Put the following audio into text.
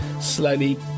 slowly